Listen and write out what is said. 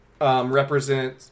represent